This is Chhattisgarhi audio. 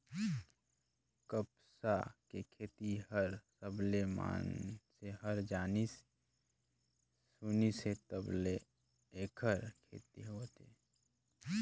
कपसा के खेती हर सबलें मइनसे हर जानिस सुनिस हे तब ले ऐखर खेती होवत हे